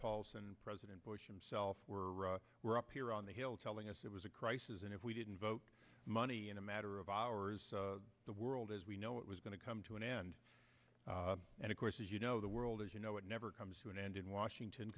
paulson and president bush himself were up here on the hill telling us it was a crisis and if we didn't vote money in a matter of hours the world as we know it was going to come to an end and of course as you know the world as you know it never comes to an end in washington